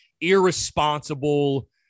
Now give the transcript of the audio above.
irresponsible